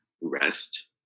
rest